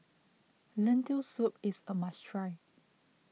Lentil Soup is a must try